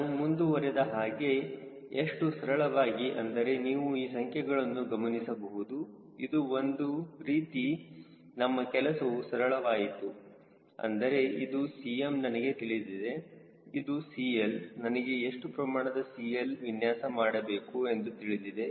ನಾನು ಮುಂದುವರೆದ ಹಾಗೆ ಎಷ್ಟು ಸರಳವಾಗಿ ಅಂದರೆ ನೀವು ಈ ಸಂಖ್ಯೆಗಳನ್ನು ಗಮನಿಸಬಹುದು ಒಂದು ರೀತಿ ನಮ್ಮ ಕೆಲಸವೂ ಸರಳ ವಾಯಿತು ಅಂದರೆ ಇದು Cm ನನಗೆ ತಿಳಿದರೆ ಇದು CL ನನಗೆ ಎಷ್ಟು ಪ್ರಮಾಣದ CL ವಿನ್ಯಾಸ ಮಾಡಬೇಕು ಎಂದು ತಿಳಿದಿದೆ